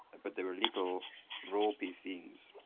but they were little ropey things.